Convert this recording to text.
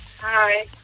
Hi